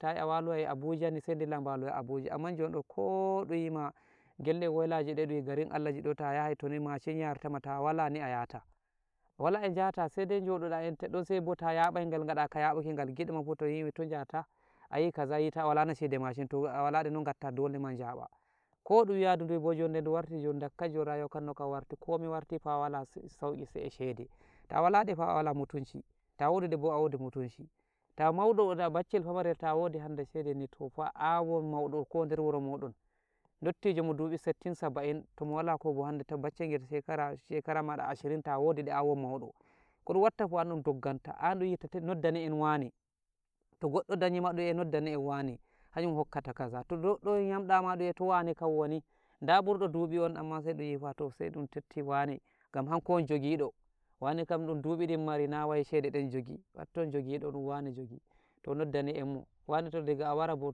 Tayi a walowai abuja ni sai dilla baloya abuja, amman jonɗo ko ɗun yima gelle wailaje de ɗun yi garin allaji ta yahai toni mashin yarta ma ta walani a yata, wala e jata sai dai jododa enta ɗo, sai bo ta de joɗaɗa yabai gal gada ka yaɓuki gal giɗoma fu to yi to jata ayi kaza yita a wala na shede mashin, to a wala de no gatta dole ma jaɓa, ko ɗun yadu duye bo jonde du warti jon dakka jon rayuawa kan no ka warti, komi fah warti wala sauki sai e shede, ta wala de fa a wala mutunci, ta wodi de bo a wodi mutunci, ta mauɗo ta baccel famarel ta wodi hande shede ni to fa an won mauɗo ko der wuro moɗon, dottijo mo duɓi settin - saba'in to mo wala kobo hande to baccel gel shekara-shekara maɗa ashirin ta wodi de an won mauɗo, ko ɗun watta fu an ɗun dogganta, an ɗun yiata noddane'en wane, to goɗɗo danyi ma ɗun yi'ai nodda'en wane hanjum hokkata kaza, to goddo won yamda ma dun yi'ai to wane kam woni, da burdo duɓi on amman fa sai ɗun yi'a fa sai ɗun tefti wane gam hanko won jogido, wane kam ɗun duɓi din mari na wai shede ɗen jogi, datton jogiɗo ɗon wane jogi, to noddane'en mo, wane to daga a wara bo.